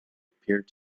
appeared